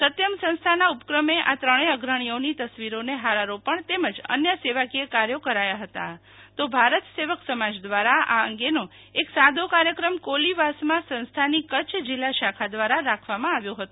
સત્યમ સંસ્થાના ઉપક્રમે આ ત્રણેય અગ્રણીઓની તસવીરોને હારારોપણ તેમજ અન્ય સેવાકીય કાર્યો કરાયા હતા તો ભારત સેવક સમાજ દ્વારા આ અંગેનો એક સાદો કાર્યક્રમ કોલીવાસમાં સંસ્થાની કચ્છ જિલ્લા શાખા દ્વારા રાખવામાં આવ્યો હતો